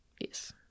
Yes